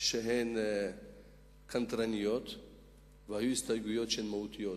שהן קנטרניות והיו הסתייגויות שהן מהותיות.